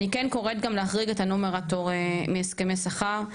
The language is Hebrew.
אני גם קוראת להחריג את הנומרטור מהסכמי שכר.